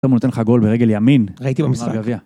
עכשיו הוא נותן לך גול ברגל ימין. ראיתי במשחק.